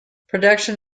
production